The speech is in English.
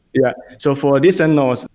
yeah. so for listen notes,